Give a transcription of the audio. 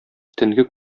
төнге